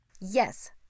Yes